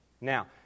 Now